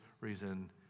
reason